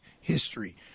history